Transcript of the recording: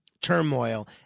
turmoil